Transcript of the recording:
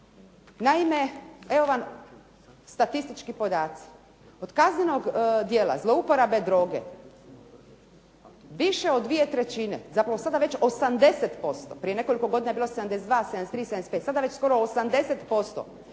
Naime, evo vam statistički podaci. Od kaznenog djela zlouporabe droge više od 2/3, zapravo sada već 80%, prije nekoliko godina je bilo 72, 73, 75, sada već skoro 80%,